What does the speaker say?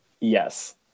Yes